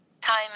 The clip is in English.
time